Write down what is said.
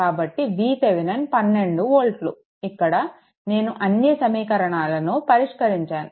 కాబట్టి VThevenin 12 వోల్ట్లు ఇక్కడ నేను అన్నీ సమీకరణాలను పరిష్కరించాను